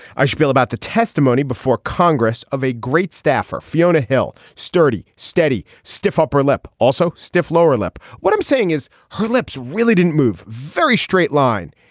i shpiel about the testimony before congress of a great staffer, fiona hill. sturdy, steady, stiff upper lip, also stiff lower lip. what i'm saying is her lips really didn't move very straight line.